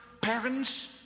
parents